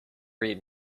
read